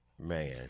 Man